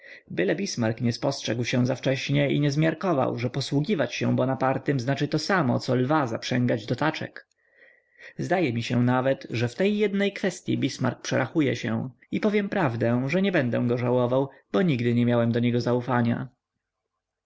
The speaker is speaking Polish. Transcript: nie spostrzegł się zawcześnie i nie zmiarkował że posługiwać się bonapartym znaczy to samo co lwa zaprzęgać do taczek zdaje mi się nawet że w tej jednej kwestyi bismark przerachuje się i powiem prawdę że nie będę go żałował bo nigdy nie miałem do niego zaufania